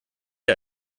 der